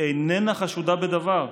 היא איננה חשודה בדבר,